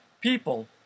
people